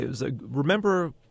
remember